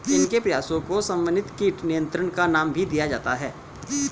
इनके प्रयासों को समन्वित कीट नियंत्रण का नाम भी दिया जाता है